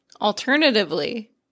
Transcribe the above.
Alternatively